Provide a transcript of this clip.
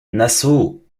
nassau